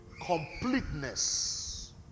completeness